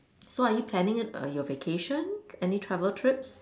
so are you planning it err your vacation any travel trips